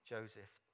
Joseph